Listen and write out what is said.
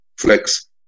flex